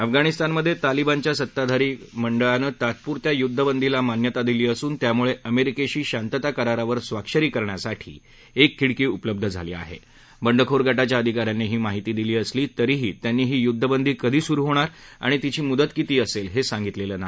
अफगाणिस्तानमध्यत्त्विलिबानच्या सत्ताधारी मंडळानं तात्पुरत्या युद्धबंदीला मान्यता दिली असून त्यामुळखिमखिखी शांतता करारावर स्वाक्षरी करण्यासाठी एक खिडकी उपलब्ध झाली आहा बेंडखोर गटाच्या अधिकार्यांनी ही माहिती दिली असली तरीही त्यांनी ही युद्धबंदी कधी सुरू होणार आणि तिची मुदत किती असद्य हस्रांगितलं नाही